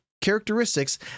characteristics